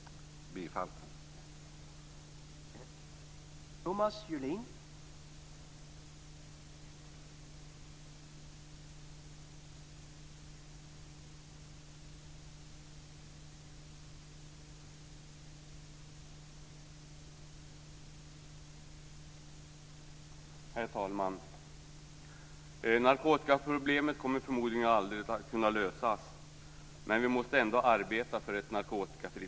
Jag yrkar bifall till hemställan i utskottets betänkande.